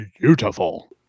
beautiful